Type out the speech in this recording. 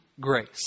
grace